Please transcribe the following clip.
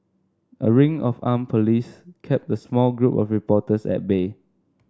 a ring of armed police kept a small group of reporters at bay